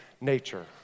nature